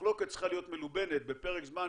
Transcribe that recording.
המחלוקת צריכה להיות מלובנת בפרק זמן,